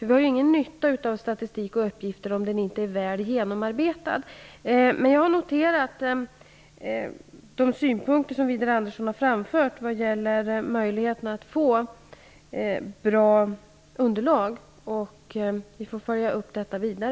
Vi har ingen nytta av statistik och uppgifter om de inte är väl genomarbetade. Jag har noterat de synpunkter Widar Andersson har framfört vid gäller möjligheterna att få bra underlag. Vi får följa upp dessa frågor.